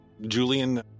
Julian